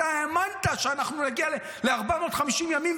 אתה האמנת שאנחנו נגיע ל-450 ימים,